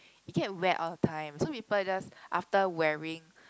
you can wear all the time so people just after wearing